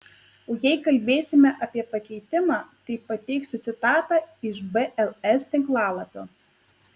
o jei kalbėsime apie pakeitimą tai pateiksiu citatą iš bls tinklalapio